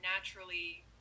naturally